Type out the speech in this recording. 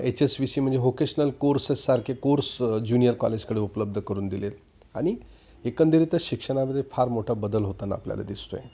H S V C म्हणजे होकेश्नल कोर्सेससारखे कोर्स जुनियर कॉलेजकडे उपलब्ध करून दिले आणि एकंदरीतच शिक्षणामध्ये फार मोठा बदल होताना आपल्याला दिसतो आहे